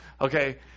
okay